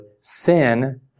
sin